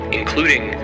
including